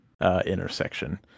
intersection